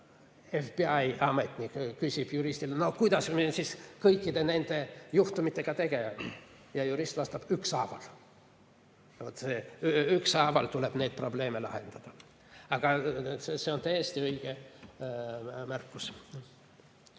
FBI ametnik küsib juristilt: "No kuidas me siis kõikide nende juhtumitega tegeleme?" ja jurist vastab: "Ükshaaval." Vaat ükshaaval tuleb neid probleeme lahendada. Aga see on täiesti õige märkus.